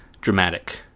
dramatic